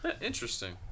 Interesting